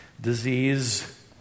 disease